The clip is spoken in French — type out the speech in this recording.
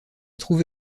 trouve